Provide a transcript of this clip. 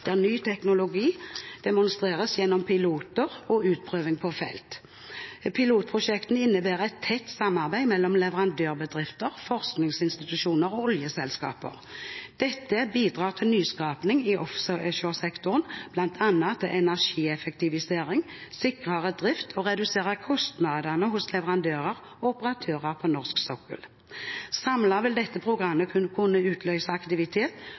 der ny teknologi demonstreres gjennom piloter og utprøving på felt. Pilotprosjektene innebærer et tett samarbeid mellom leverandørbedrifter, forskningsinstitusjoner og oljeselskaper. Dette bidrar til nyskaping i offshoresektoren, bl.a. til energieffektivisering, sikrere drift og reduserte kostnader hos leverandører og operatører på norsk sokkel. Samlet vil dette programmet kunne utløse aktivitet,